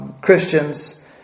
Christians